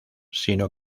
sino